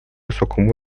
высоком